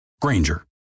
Granger